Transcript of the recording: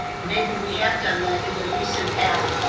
maybe we have done that in the recent past,